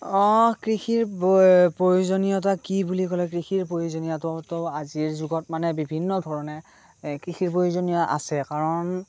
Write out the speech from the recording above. কৃষিৰ প্ৰয়োজনীয়তা কি বুলি ক'লে কৃষিৰ প্ৰয়োজনীয়তাটো আজিৰ যুগত মানে বিভিন্ন ধৰণে কৃষি প্ৰয়োজনীয় আছে কাৰণ